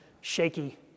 shaky